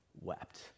wept